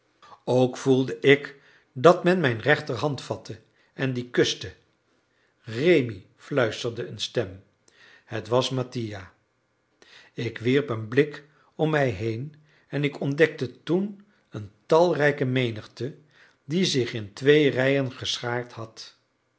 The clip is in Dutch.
ook voelde ik dat men mijn rechterhand vatte en die kuste rémi fluisterde een stem het was mattia ik wierp een blik om mij heen en ik ontdekte toen een talrijke menigte die zich in twee rijen geschaard had